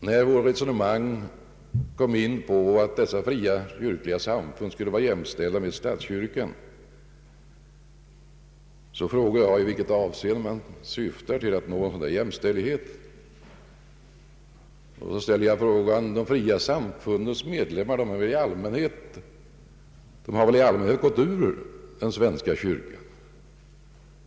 När de vid vårt samtal förklarade att de ansåg att de fria kyrkliga samfunden skulle vara jämställda med statskyrkan, frågade jag vad man syftade på med en sådan jämställdhet. Och jag fortsatte: De fria samfundens medlemmar har väl i allmänhet gått ur svenska kyrkan?